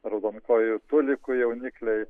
raudonkojų tulikų jaunikliai